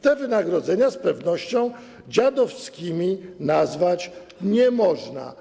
Tych wynagrodzeń z pewnością dziadowskimi nazwać nie można.